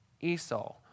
Esau